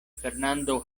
fernando